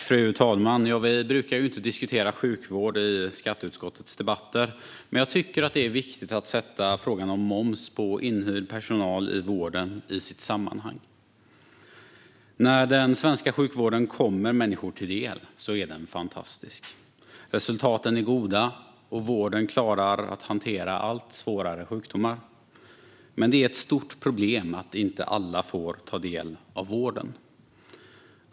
Fru talman! Vi brukar ju inte diskutera sjukvård i skatteutskottets debatter, men jag tycker att det är viktigt att sätta frågan om moms på inhyrd personal i vården i sitt sammanhang. När den svenska sjukvården kommer människor till del är den fantastisk. Resultaten är goda, och vården klarar av att hantera allt svårare sjukdomar. Men det är ett stort problem att inte alla får ta del av vården.